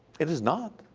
it is not.